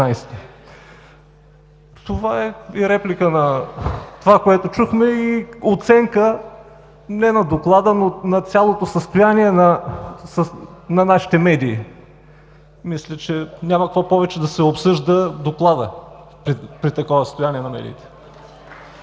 Това е реплика на онова, което чухме, и оценка не на доклада, но на цялото състояние на нашите медии. Мисля, че няма за какво повече да се обсъжда докладът при такова състояние на медиите.